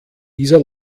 dieser